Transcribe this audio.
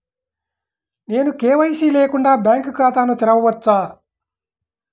నేను కే.వై.సి లేకుండా బ్యాంక్ ఖాతాను తెరవవచ్చా?